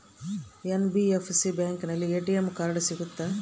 NBFC ಬ್ಯಾಂಕಿನಲ್ಲಿ ATM card ಸಿಗುತ್ತಾ?